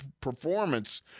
performance